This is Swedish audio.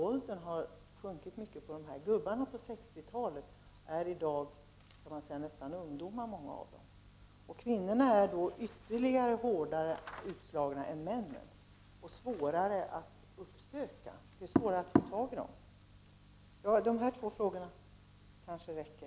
Åldern har sjunkit mycket i den här gruppen. På 60-talet talade vi om ”gubbarna”. I dag är många av de utslagna nästan ungdomar. Kvinnorna är än hårdare utslagna än männen och svårare att söka upp. Det är svårare att få tag i dem. De här två frågorna kanske räcker.